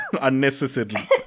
unnecessarily